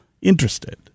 interested